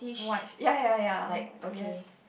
white ya ya ya yes